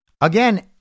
Again